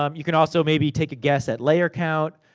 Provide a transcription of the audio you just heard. um you can also, maybe, take a guess at layer count.